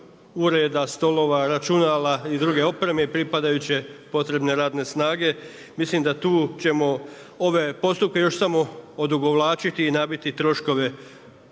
ureda, stolova, računala i druge opreme i pripadajuće potrebne radne snage. Mislim da tu ćemo ove postupke još samo odugovlačiti i nabiti troškove